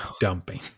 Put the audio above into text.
dumping